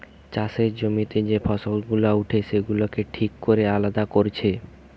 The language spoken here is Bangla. চাষের জমিতে যে ফসল গুলা উঠে সেগুলাকে ঠিক কোরে আলাদা কোরছে